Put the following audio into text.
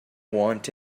want